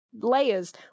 layers